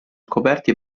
scoperti